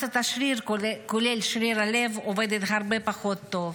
מסת השריר, כולל שריר הלב, עובד הרבה פחות טוב.